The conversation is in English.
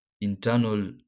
internal